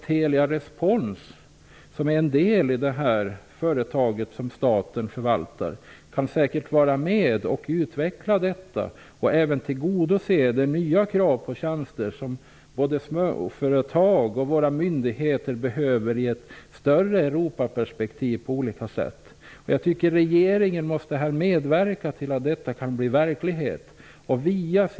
Telerespons, som är en del av det företag som staten förvaltar, kan säkert vara med och utveckla detta och även tillfredsställa de nya krav på tjänster som både småföretag och myndigheter ställer i ett större Europaperspektiv. Jag tycker att regeringen via sitt statliga ägarskap måste medverka till att detta kan bli verklighet.